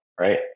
right